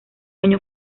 año